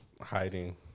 hiding